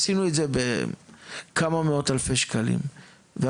עשינו את זה בכמה מאות אלפי שקלים והממשלה